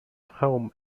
home